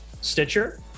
Stitcher